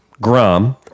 Grom